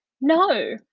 No